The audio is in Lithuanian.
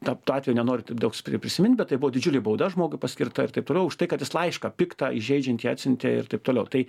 tap to atvejo nenoriu taip daug pri prisimint bet tai buvo didžiulė bauda žmogui paskirta ir taip toliau už tai kad jis laišką piktą įžeidžiantį atsiuntė ir taip toliau tai